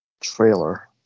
trailer